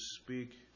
speak